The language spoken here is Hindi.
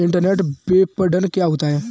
इंटरनेट विपणन क्या होता है?